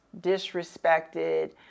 disrespected